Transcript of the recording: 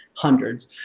hundreds